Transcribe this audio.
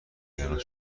نگرانت